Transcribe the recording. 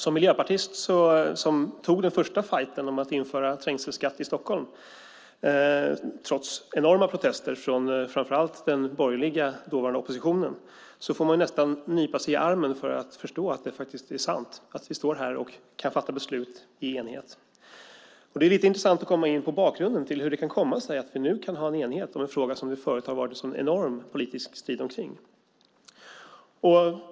Som miljöpartist, som tog den första fajten om att införa trängselskatt i Stockholm trots enorma protester från framför allt den dåvarande borgerliga oppositionen, får man nästan nypa sig i armen för att förstå att det faktiskt är sant att vi står här och kan fatta beslut i enighet. Det är lite intressant att komma in på bakgrunden till hur det kan komma sig att vi nu kan ha en enighet om en fråga som det förut har varit en sådan enorm politisk strid omkring.